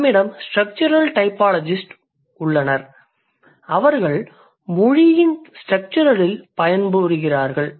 நம்மிடம் structural typologist உள்ளனர் அவர்கள் மொழியின் ஸ்டெரக்சுரலில் பணிபுரிகிறார்கள்